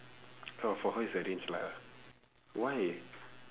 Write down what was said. oh for her is arranged lah why